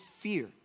fear